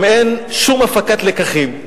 גם אין שום הפקת לקחים.